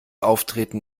auftreten